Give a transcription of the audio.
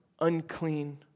unclean